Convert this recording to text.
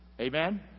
Amen